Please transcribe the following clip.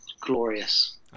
glorious